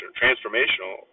transformational